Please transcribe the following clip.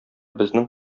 безнең